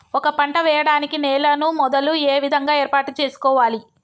ఒక పంట వెయ్యడానికి నేలను మొదలు ఏ విధంగా ఏర్పాటు చేసుకోవాలి?